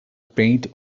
paint